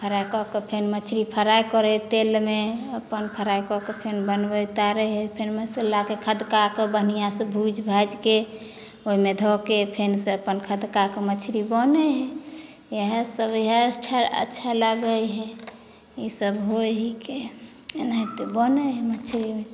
फराइ कऽ के फेर मछली फराइ करै हइ तेलमे अपन फराइ कऽ के फेर बनबै उतारै हइ फेर मसल्लाके खदकाके बढ़िऑं से भूजि भाजिके ओहिमे धऽके फेर से अपन खदकाके मछली बनै हइ इएह सब इएह अच्छा लागै हइ इसब होइ हीकै एनहैते बनय हय मछली